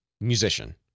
musician